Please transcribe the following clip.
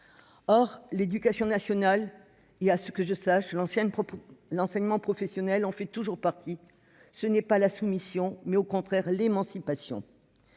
Or l'éducation nationale- que je sache, l'enseignement professionnel en fait toujours partie -, ce n'est pas la soumission, c'est au contraire l'émancipation